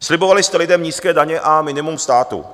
Slibovali jste lidem nízké daně a minimum státu.